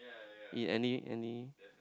yea any any